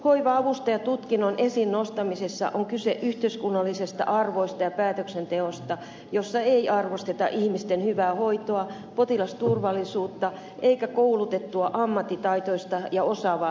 hoiva avustajatutkinnon esiin nostamisessa on kyse yhteiskunnallisista arvoista ja päätöksenteosta jossa ei arvosteta ihmisten hyvää hoitoa potilasturvallisuutta eikä koulutettua ammattitaitoista ja osaavaa henkilökuntaa